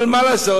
אבל מה לעשות?